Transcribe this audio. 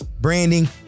branding